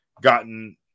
gotten